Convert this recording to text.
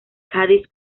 cádiz